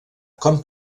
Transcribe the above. com